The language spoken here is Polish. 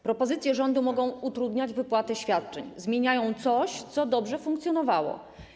Propozycje rządu mogą utrudniać wypłatę świadczeń, zmieniają coś, co dobrze funkcjonowało.